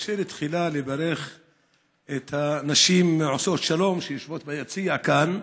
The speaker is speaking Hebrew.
תרשה לי תחילה לברך את נשים עושות שלום שיושבות ביציע כאן.